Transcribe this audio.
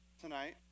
tonight